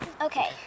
Okay